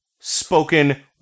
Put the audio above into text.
spoken